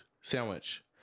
Sandwich